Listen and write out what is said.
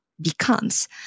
becomes